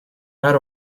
out